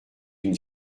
une